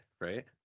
right